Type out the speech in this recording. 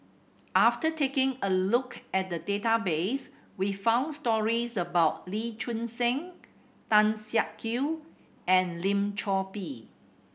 after taking a look at the database we found stories about Lee Choon Seng Tan Siak Kew and Lim Chor Pee